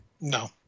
No